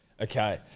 Okay